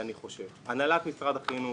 הנהלת משרד החינוך